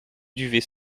duvet